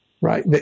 right